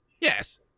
yes